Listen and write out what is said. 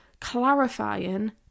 clarifying